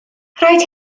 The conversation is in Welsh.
rhaid